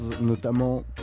notamment